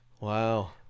Wow